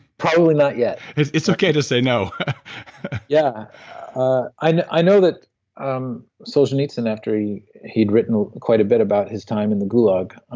probably not yet it's it's okay to say no yeah ah and i know that um solzhenitsyn after he'd written quite a bit about his time in the gulag ah